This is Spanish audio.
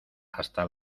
hasta